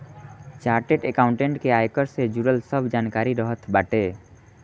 chartered accountant के आयकर से जुड़ल सब जानकारी रहत बाटे